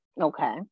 Okay